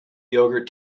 yogurt